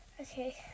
Okay